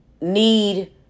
need